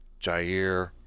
Jair